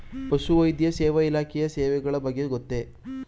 ಪಶುವೈದ್ಯ ಸೇವಾ ಇಲಾಖೆಯ ಸೇವೆಗಳ ಬಗ್ಗೆ ಗೊತ್ತೇ?